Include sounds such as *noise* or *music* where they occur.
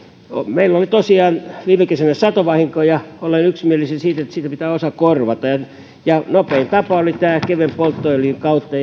meillä oli tosiaan viime kesänä satovahinkoja olemme yksimielisiä siitä että siitä pitää osa korvata nopein tapa oli kevyen polttoöljyn kautta *unintelligible*